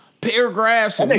paragraphs